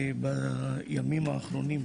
בימים האחרונים,